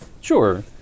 Sure